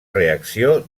reacció